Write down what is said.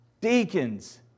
Deacons